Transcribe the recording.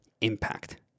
impact